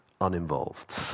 uninvolved